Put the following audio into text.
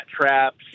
traps